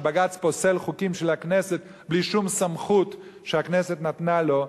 שבג"ץ פוסל חוקים של הכנסת בלי שום סמכות שהכנסת נתנה לו,